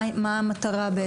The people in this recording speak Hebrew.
מה המטרה בעצם?